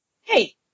hey